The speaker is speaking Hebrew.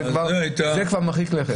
זה כבר מרחיק לכת.